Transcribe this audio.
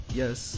yes